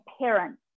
parents